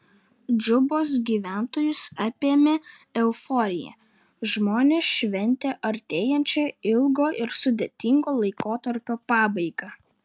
džubos gyventojus apėmė euforija žmonės šventė artėjančią ilgo ir sudėtingo laikotarpio pabaigą